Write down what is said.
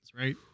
right